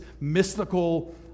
mystical